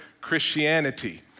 Christianity